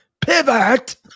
pivot